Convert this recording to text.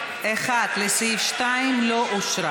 איציק שמולי,